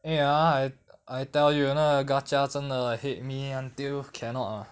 因为 ah I I tell you 那个 gacha 真的 hate me until cannot ah